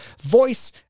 voice